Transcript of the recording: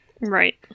right